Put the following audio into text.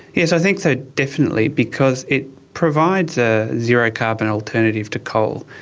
yes, i think so, definitely, because it provides a zero carbon alternative to coal.